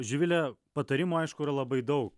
živile patarimų aišku yra labai daug